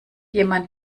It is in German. jemand